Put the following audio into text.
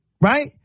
Right